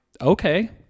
okay